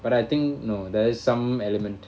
but I think no there is some element